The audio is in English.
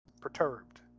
Perturbed